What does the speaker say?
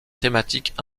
thématiques